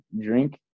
drink